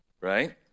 Right